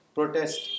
Protest